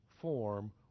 form